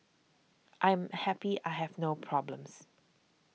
I am happy I have no problems